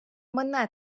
мене